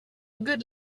good